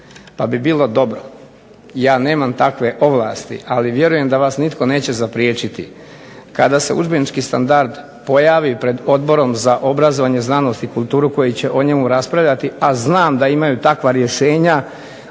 pa bi bilo dobro, ja nemam takve ovlasti, ali vjerujem da vas nitko neće zapriječiti kada se udžbenički standard pojavi pred Odborom za obrazovanje, znanost i kulturu koji će o njemu raspravljati, a znam da imaju takva rješenja